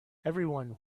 everyone